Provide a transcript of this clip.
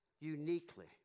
uniquely